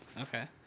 Okay